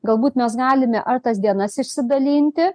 galbūt mes galime ar tas dienas išsidalinti